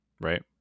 right